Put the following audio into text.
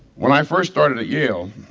when i first started at yale,